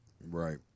Right